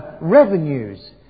revenues